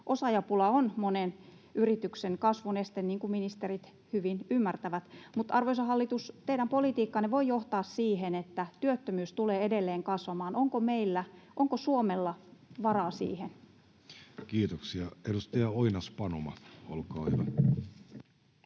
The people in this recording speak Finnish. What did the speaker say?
Osaajapula on monen yrityksen kasvun este, niin kuin ministerit hyvin ymmärtävät. Mutta, arvoisa hallitus, teidän politiikkanne voi johtaa siihen, että työttömyys tulee edelleen kasvamaan. Onko meillä, onko Suomella varaa siihen? Kiitoksia. — Edustaja Oinas-Panuma, olkaa hyvä.